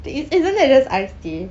is isn't that just ice tea